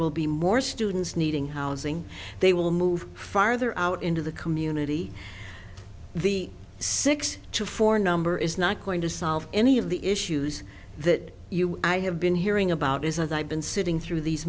will be more students needing housing they will move farther out into the community the six to four number is not going to solve any of the issues that i have been hearing about as i've been sitting through these